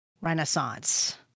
Renaissance